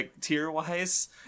tier-wise